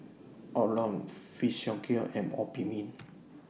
Omron Physiogel and Obimin